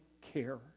care